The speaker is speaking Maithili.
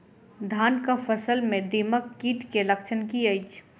धानक फसल मे दीमक कीट केँ लक्षण की अछि?